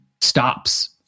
stops